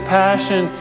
passion